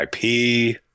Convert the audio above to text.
IP